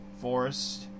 Forest